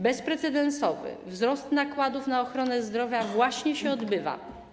Bezprecedensowy wzrost nakładów na ochronę zdrowia właśnie się odbywa.